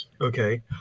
Okay